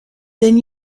then